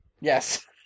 Yes